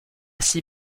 six